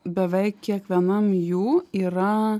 beveik kiekvienam jų yra